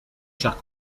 chers